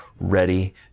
ready